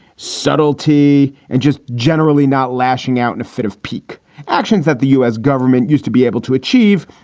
subtlety, and just generally not lashing out in a fit of pique actions that the u s. government used to be able to achieve,